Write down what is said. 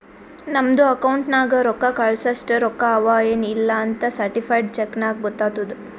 ನಮ್ದು ಅಕೌಂಟ್ ನಾಗ್ ರೊಕ್ಕಾ ಕಳ್ಸಸ್ಟ ರೊಕ್ಕಾ ಅವಾ ಎನ್ ಇಲ್ಲಾ ಅಂತ್ ಸರ್ಟಿಫೈಡ್ ಚೆಕ್ ನಾಗ್ ಗೊತ್ತಾತುದ್